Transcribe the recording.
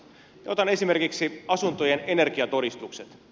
otan esimerkiksi asuntojen energiatodistukset